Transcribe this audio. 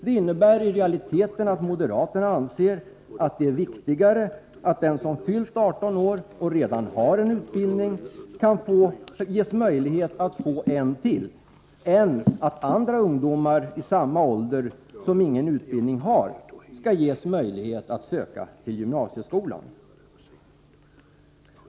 Det innebär i realiteten att moderaterna anser att det är viktigare att den som fyllt 18 år och redan har en utbildning ges möjlighet att få en till, än att andra ungdomar i samma ålder som ingen utbildning har ges möjlighet att söka till gymnasieskolan.